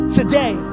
today